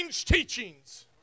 teachings